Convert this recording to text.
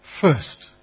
first